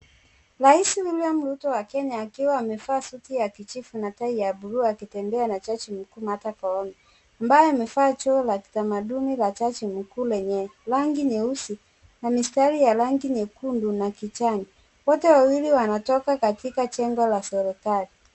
Rais William Ruto wa Kenya akiwa amevaa suti ya kijivu na tai ya bluu akitembea na jaji mkuu Martha Koome, ambaye amevaa joho la kitamaduni la jaji mkuu lenye rangi nyeusi na mistari ya rangi nyekundu na kijani, wote wawili wanatoka katika jengo la serikali.